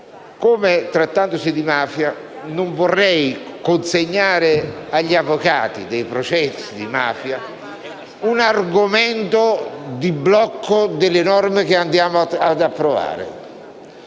come, trattandosi di mafia, non vorrei consegnare agli avvocati dei processi di mafia un argomento per il blocco delle norme che andiamo ad approvare;